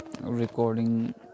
recording